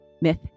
Myth